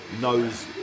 knows